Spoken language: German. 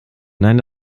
nein